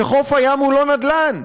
שחוף הים הוא לא נדל"ן,